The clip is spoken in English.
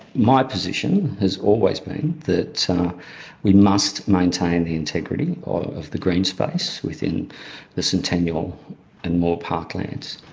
my position has always been that um we must maintain the integrity of the green space within the centennial and moore parklands.